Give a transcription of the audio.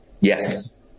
Yes